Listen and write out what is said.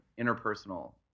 interpersonal